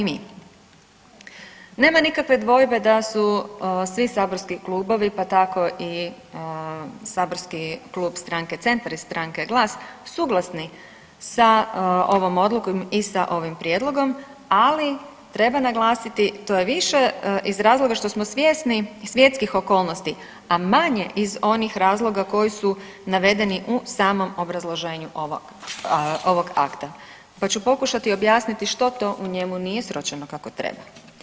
Nema nikakve dvojbe da su svi saborski klubovi pa tako i saborski klub stranke Centar i stranke GLAS suglasni sa ovom odlukom i sa ovim prijedlogom, ali treba naglasiti to je više iz razloga što smo svjesni svjetskih okolnosti, a manje iz onih razloga koji su navedeni u samom obrazloženju ovog akta, pa ću pokušati objasniti što to u njemu nije sročeno kako treba.